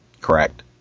Correct